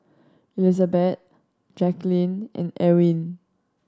Elizabet Jacquelyn and Ewin